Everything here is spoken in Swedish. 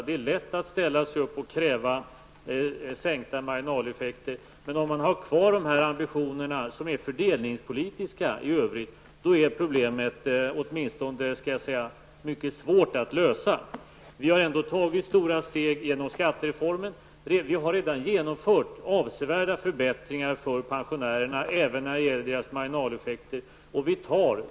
Det är lätt att ställa sig upp och kräva en minskning av marginaleffekterna, men om man har kvar dessa ambitioner, som i övrigt är fördelningspolitiska, blir problemet mycket svårt att lösa. Vi har ändå tagit stora steg genom skattereformen och genomfört avsevärda förbättringar för pensionärerna även när det gäller deras marginaleffekter.